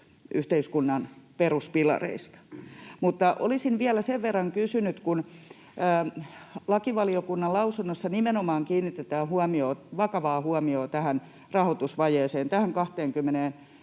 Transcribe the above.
yhteiskunnan peruspilareista. Olisin vielä sen verran kysynyt, että kun lakivaliokunnan lausunnossa nimenomaan kiinnitetään vakavaa huomiota tähän rahoitusvajeeseen, tähän 20 miljoonaan